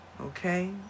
Okay